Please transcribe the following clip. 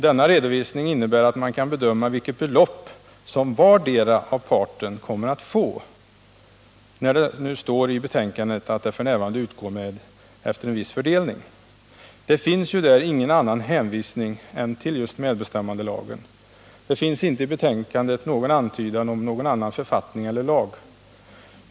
Det angavs där att anslaget vid det tillfället fördelades enligt en viss princip, och enligt denna kunde man bedöma vilka belopp som vardera parten skulle komma att få. Det gjordes i betänkandet inte någon annan hänvisning än till medbestämmandelagen. Det förekommer således inte i betänkandet någon antydan om att någon annan författning eller lag skulle kunna vara tillämplig i detta sammanhang.